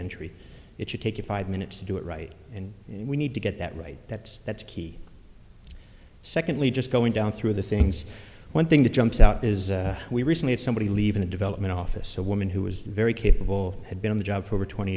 entry it should take you five minutes to do it right and we need to get that right that's that's key secondly just going down through the things one thing that jumps out is we recently had somebody leaving the development office a woman who was very capable had been on the job for over twenty